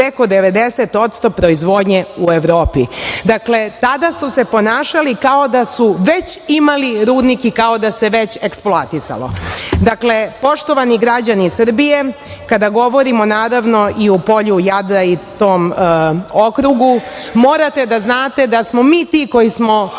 i preko 90% proizvodnje u Evropi. Dakle, tada su se ponašali kao da su već imali rudnik i kako da se već eksploatisalo. Poštovani građani Srbije, kada govorimo naravno i o polju Jadra i tom okrugu, morate da znate da smo mi ti koji smo